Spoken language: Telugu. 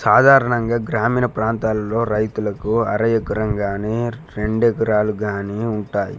సాధారణంగా గ్రామీణ ప్రాంతాలలో రైతులకు అర ఎకరం కానీ రెండు ఎకరాలు కానీ ఉంటాయి